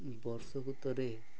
ବର୍ଷକୁ ଥରେ